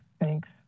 Thanks